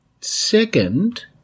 second